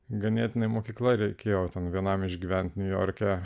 ganėtinai mokykla reikėjo ten vienam išgyventi niujorke